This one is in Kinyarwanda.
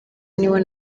niwe